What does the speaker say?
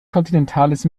kontinentales